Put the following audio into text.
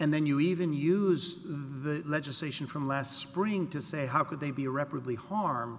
and then you even use the legislation from last spring to say how could they be irreparably harm